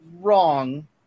wrong